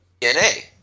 DNA